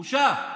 בושה.